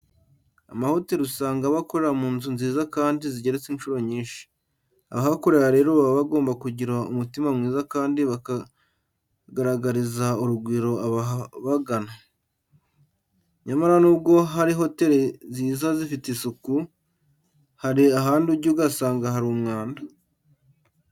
Amahoteli usanga aba akorera mu nzu nziza kandi zigeretse incuro nyinshi. Abahakora rero baba bagomba kugira umutima mwiza kandi bakagaragariza urugwiro ababagana. Nyamara nubwo hari hoteli ziza zifite isuku hari ahandi ujya ugasanga hari umwanda.